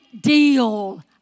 deal